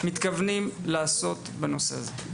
מתכוונים לעשות בנושא הזה?